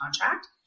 contract